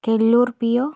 Killoor P O